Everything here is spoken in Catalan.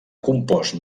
compost